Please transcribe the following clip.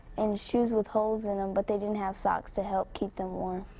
and shoes with holes in them, but they didn't have socks to help keep them warm.